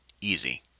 easy